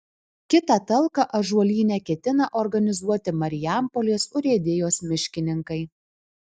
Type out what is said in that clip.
kitą talką ąžuolyne ketina organizuoti marijampolės urėdijos miškininkai